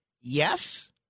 Yes